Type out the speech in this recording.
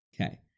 Okay